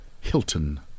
Hilton